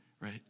right